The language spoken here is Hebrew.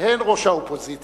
והן ראש האופוזיציה